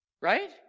Right